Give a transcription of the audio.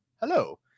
hello